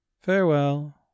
farewell